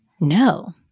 No